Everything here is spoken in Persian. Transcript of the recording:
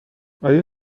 آیا